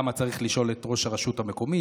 למה צריך לשאול את ראש הרשות המקומית?